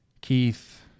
keith